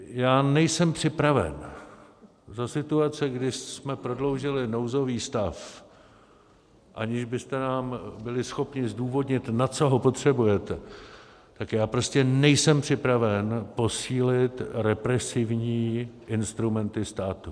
Já nejsem připraven za situace, kdy jsme prodloužili nouzový stav, aniž byste nám byli schopni zdůvodnit, na co ho potřebujete, tak já prostě nejsem připraven posílit represivní instrumenty státu.